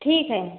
ठीक है